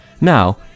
Now